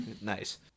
Nice